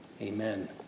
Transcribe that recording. Amen